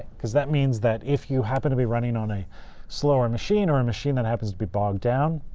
because that means that if you happen to be running on a slower machine or a machine that happens to be bogged down,